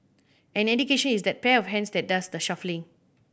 and education is that pair of hands that does the shuffling